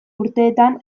urtetan